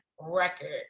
record